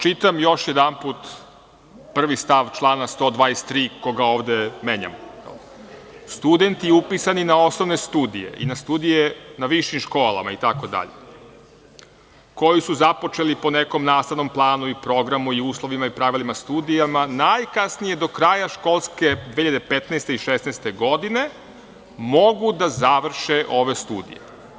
Čitam još jedanput prvi stav člana 123. koga ovde menjamo – studenti upisani na osnovne studije i na studije na višim školama itd, koji su započeli po nekom nastavnom planu i programu i uslovima i pravilima studija najkasnije do kraja školske 2015/2016. godine mogu da završe ove studije.